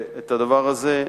הדבר הזה,